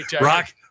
Rock